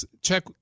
check